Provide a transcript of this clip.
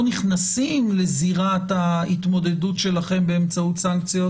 נכנסים לזירת ההתמודדות שלכם באמצעות סנקציות,